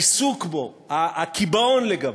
העיסוק בו, הקיבעון לגביו,